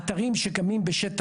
בשטח C אתרים שקמים בשטח,